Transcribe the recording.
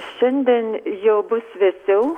šiandien jau bus vėsiau